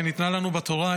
שניתנה לנו בתורה,